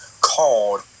called